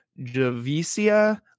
Javicia